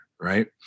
right